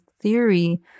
theory